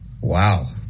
Wow